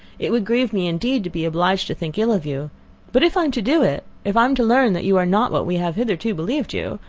it would grieve me indeed to be obliged to think ill of you but if i am to do it, if i am to learn that you are not what we have hitherto believed you,